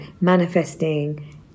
manifesting